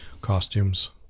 costumes